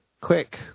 Quick